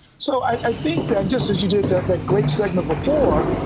so, i think that just as you did that that great segment before,